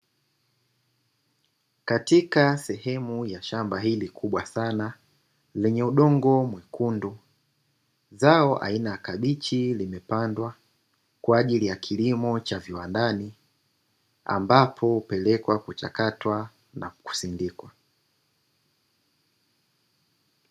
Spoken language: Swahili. Katika sehemu ya shamba hili kubwa sana lenye udongo mwekundu, zao aina ya kabichi limepandwa kwa ajili ya kilimo cha viwandani, ambapo hupelekwa kuchakatwa na kusindikwa.